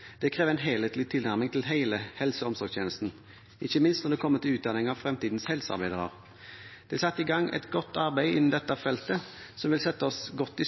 Det krever en helhetlig tilnærming til hele helse- og omsorgstjenesten, ikke minst når det kommer til utdanning av fremtidens helsearbeidere. Det er satt i gang et godt arbeid innen dette feltet som vil sette oss godt